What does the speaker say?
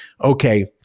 okay